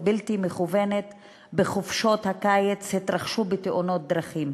בלתי מכוונת בחופשות הקיץ התרחשו בתאונות דרכים: